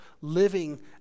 living